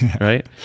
right